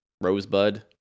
rosebud